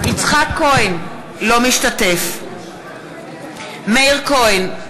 כהן, אינו משתתף בהצבעה מאיר כהן,